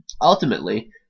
Ultimately